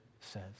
says